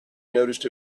noticed